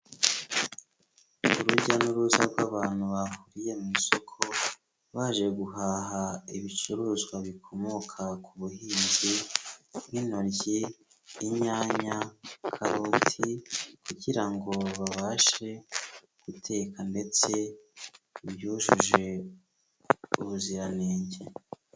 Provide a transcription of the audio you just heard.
Urujya n'uruza rw'abantu bahuriye mu isoko baje guhaha ibicuruzwa bikomoka ku buhinzi: nk'intoryi, inyanya, karoti, kugira ngo babashe guteka ndetse ibyujuje ubuziranenge.